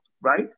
right